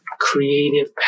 creative